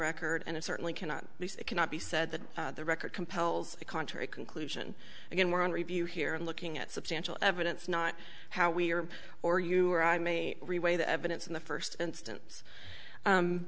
record and it certainly cannot cannot be said that the record compels contrary conclusion again we're on review here in looking at substantial evidence not how we are or you or i may reweigh the evidence in the first instance